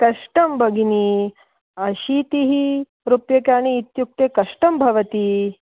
कष्टं भगिनि अशीतिः रूप्यकाणि इत्युक्ते कष्टं भवति